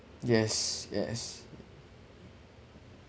yes yes